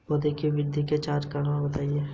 कलम कैसे लगाते हैं?